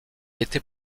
était